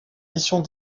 missions